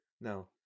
No